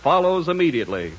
follows immediately